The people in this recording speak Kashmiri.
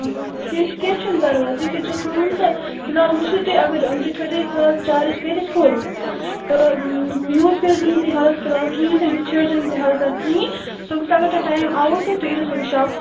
کیٚنٛہہ کیٚنٛہہ چھُنہٕ پَرواے تُہۍ کٔرۍ زیٚو کٲم تہٕ فِلحال وُچھو تُہۍ اگر تُہۍ تھٲیِزیٚو یہِ فِلحال چارٕج کٔرِتھ فُل تہٕ یوٗز کٔرۍ زیٚو نہٕ تُہۍ حَالَس فِلحال کِہیٖنۍ تہِ نہٕ بیٚیہِ چھٲڑۍ زیو نہٕ تُہۍ حَل اکھ کِہیٖنۍ صُبَس اگر تۄہہِ ٹایِم آو تہٕ تُہۍ ییٖزیٚو صُبحس شاپَس پِیَٹھ